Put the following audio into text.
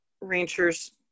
ranchers